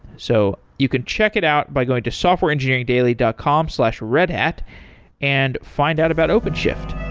so you could check it out by going to softwareengineeringdaily dot com slash redhat and find out about openshift